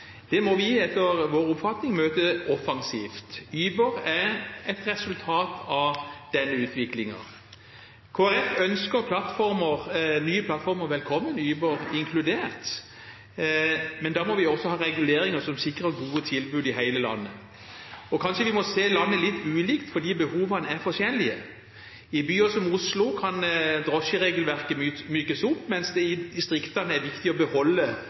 Det må vi etter vår oppfatning møte offensivt. Uber er et resultat av den utviklingen. Kristelig Folkeparti ønsker nye plattformer velkommen, Uber inkludert, men da må vi også ha reguleringer som sikrer gode tilbud i hele landet. Kanskje må vi også se landet litt ulikt fordi behovene er forskjellige. I byer som Oslo kan drosjeregelverket mykes opp, mens det i distriktene er viktig å beholde